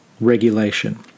regulation